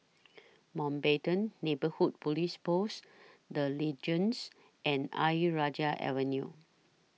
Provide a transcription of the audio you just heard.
Mountbatten Neighbourhood Police Post The Legends and Ayer Rajah Avenue